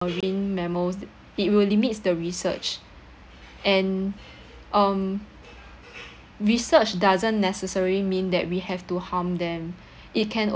marine mammals it will limits the research and um research doesn't necessarily mean that we have to harm them it can